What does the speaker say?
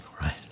right